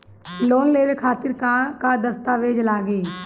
Loan लेवे खातिर का का दस्तावेज लागी?